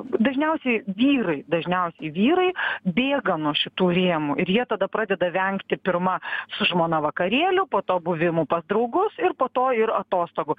dažniausiai vyrai dažniausiai vyrai bėga nuo šitų rėmų ir jie tada pradeda vengti pirma su žmona vakarėlių po to buvimų pas draugus ir po to ir atostogų